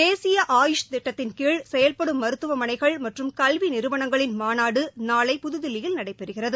தேசிய ஆயூஷ் திட்டத்தின் கீழ் செயல்படும் மருத்துவமனைகள் மற்றும் கல்வி நிறுவனங்களின் மாநாடு நாளை புதுதில்லியில நடைபெறுகிறது